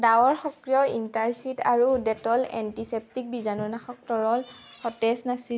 ডাবৰ সক্ৰিয় এণ্টাচিড আৰু Dettol antiseptic বীজাণুনাশক তৰল সতেজ নাছিল